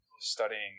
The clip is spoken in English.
studying